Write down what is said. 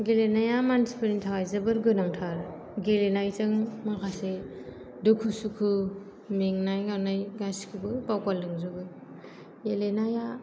गेलेनाया मानसिफोरनि थाखाय जोबोत गोनांथार गेलेनायजों माखासे दुखु सुखु मेंनाय गांनाय गासिखौबो बावगारलांजोबो गेलेनाया